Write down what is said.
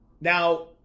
Now